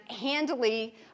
handily